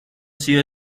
sido